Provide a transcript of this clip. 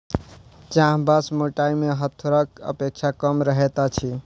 चाभ बाँस मोटाइ मे हरोथक अपेक्षा कम रहैत अछि